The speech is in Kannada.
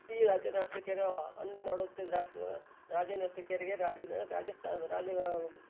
ಈ ರಾಜ ನರ್ತಕಿಯರು ಅಂದು ಮಾಡುತ್ತ ರಾಜಸೇವೆ ರಾಜ ನರ್ತಕಿಯರಿಗೆ ರಾಜ್ಯದ ರಾಜಸ್ಥಾನದ ರಾಜ್ಯ